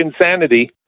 insanity